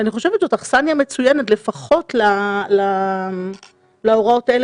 אני חושבת שזאת אכסניה מצוינת לפחות להוראות האלה,